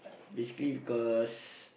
basically cause